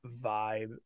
vibe